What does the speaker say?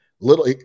Little